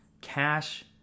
cash